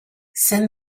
send